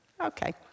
Okay